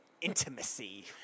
intimacy